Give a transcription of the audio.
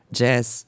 jazz